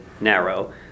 narrow